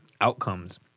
outcomes